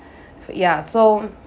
ya so